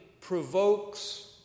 provokes